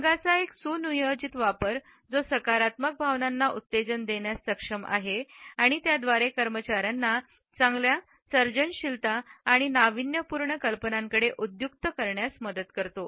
रंगांचा एक सुनियोजित वापर जो सकारात्मक भावनांना उत्तेजन देण्यास सक्षम आहे आणि या द्वारे कर्मचाऱ्यांना चांगल्या सर्जनशीलता आणि नाविन्यपूर्ण कल्पनांकडे उद्युक्त करण्यास मदत करतो